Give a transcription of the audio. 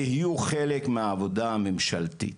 תהיו חלק מהעבודה הממשלתית,